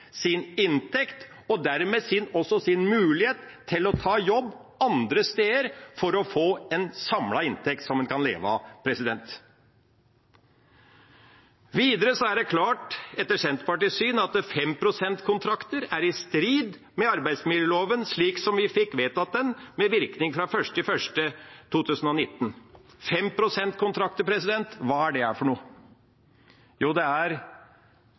sin arbeidsplikt, sin inntekt og dermed også sin mulighet til å ta jobb andre steder for å få en samlet inntekt som en kan leve av. Videre er det etter Senterpartiets syn klart at 5-prosentkontrakter er i strid med arbeidsmiljøloven slik som vi fikk vedtatt den med virkning fra 1. januar 2019. 5-prosentkontrakter – hva er det for noe? Jo, det er